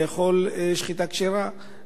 לאכול שחיטה כשרה.